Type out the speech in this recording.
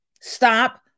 Stop